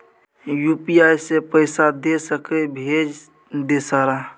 UPI से पैसा दे सके भेज दे सारा?